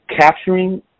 capturing